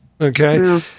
okay